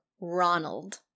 Ronald